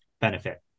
benefit